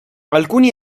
alcuni